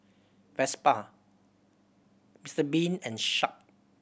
Vespa Mister Bean and Sharp